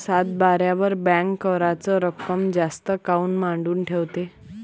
सातबाऱ्यावर बँक कराच रक्कम जास्त काऊन मांडून ठेवते?